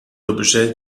objets